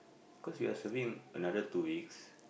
cause we are surveying another two weeks